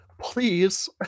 please